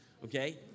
Okay